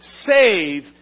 save